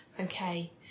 okay